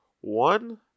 one